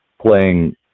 playing